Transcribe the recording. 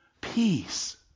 Peace